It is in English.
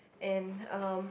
and um